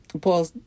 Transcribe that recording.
Paul